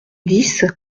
dix